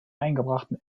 eingebrachten